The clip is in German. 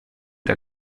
der